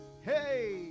Hey